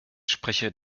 sprecher